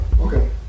Okay